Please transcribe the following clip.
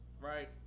right